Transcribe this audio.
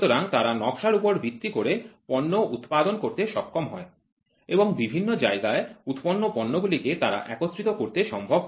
সুতরাং তারা নকশার উপর ভিত্তি করে পণ্য উৎপাদন করতে সক্ষম হয় এবং বিভিন্ন জায়গায় উৎপন্ন পণ্যগুলি কে তারা একত্রিত করতে সম্ভব হয়